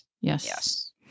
Yes